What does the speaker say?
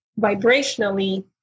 vibrationally